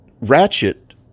Ratchet